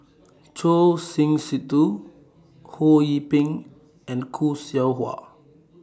Choor Singh Sidhu Ho Yee Ping and Khoo Seow Hwa